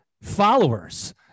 followers